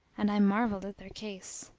and i marvelled at their case.